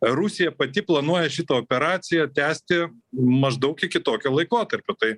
rusija pati planuoja šitą operaciją tęsti maždaug iki tokio laikotarpio tai